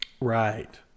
Right